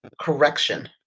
correction